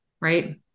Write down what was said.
right